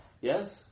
Yes